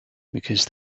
because